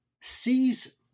sees